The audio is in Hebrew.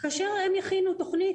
כאשר הם יכינו תכנית,